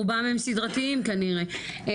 רובם הם סדרתיים כנראה,